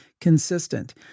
consistent